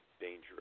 dangerous